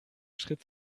schritt